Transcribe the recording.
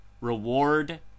reward